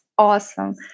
Awesome